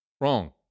Wrong